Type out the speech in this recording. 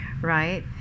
right